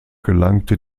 gelangte